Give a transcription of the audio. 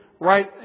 right